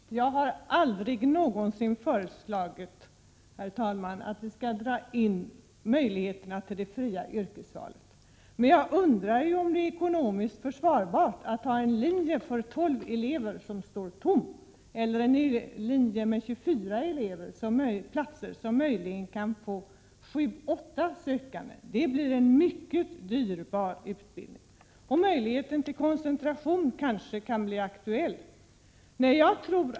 Herr talman! Jag har aldrig någonsin föreslagit att vi skall dra in möjligheterna till det fria yrkesvalet. Men jag undrar om det är ekonomiskt försvarbart att ha en linje med 12 platser som står tomma eller en linje med 24 platser som möjligen kan få sju åtta sökande. Det blir en mycket dyrbar utbildning. Möjligheten till koncentration kanske kan bli aktuell.